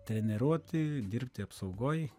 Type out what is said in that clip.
treniruoti dirbti apsaugoj